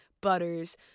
butters